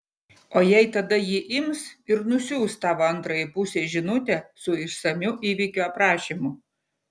o jei tada ji ims ir nusiųs tavo antrajai pusei žinutę su išsamiu įvykio aprašymu